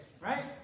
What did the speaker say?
right